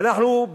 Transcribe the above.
ואנחנו,